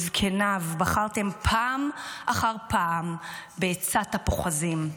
וזקניו, בחרתם פעם אחר פעם בעצת הפוחזים,